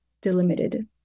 delimited